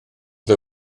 the